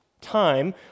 time